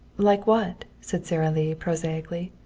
like what? said sara lee prosaically.